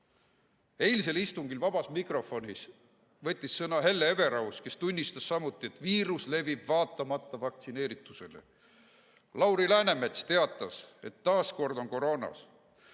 Eilsel istungil vabas mikrofonis võttis sõna Hele Everaus, kes tunnistas samuti, et viirus levib vaatamata vaktsineeritusele. Lauri Läänemets teatas, et on taas kord koroonas.